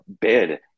bid